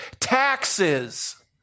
Taxes